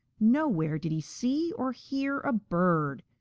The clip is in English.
nowhere did he see or hear a bird.